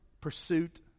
pursuit